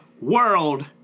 world